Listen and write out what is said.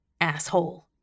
asshole